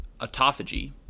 autophagy